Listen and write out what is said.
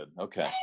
Okay